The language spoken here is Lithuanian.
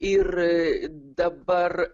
ir dabar